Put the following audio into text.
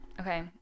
Okay